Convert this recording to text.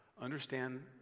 Understand